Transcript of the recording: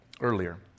earlier